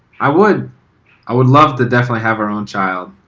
i would i would love to definitely have our own child